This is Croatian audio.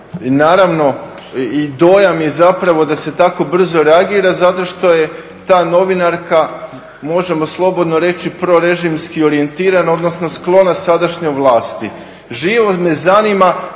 naravno i dojam je zapravo da se tako brzo reagira zato što je ta novinarka možemo slobodno reći prorežimski orijentirana, odnosno sklona sadašnjoj vlasti. Živo me zanima